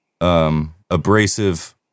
Abrasive